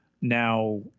now